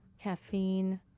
caffeine